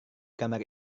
kamar